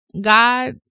God